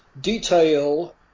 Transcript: detail